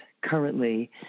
currently